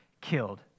killed